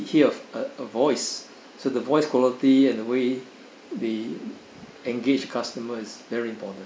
hear a a a voice so the voice quality and the way they engage customers is very important